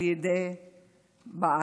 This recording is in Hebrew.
על ידי בעלה.